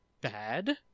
bad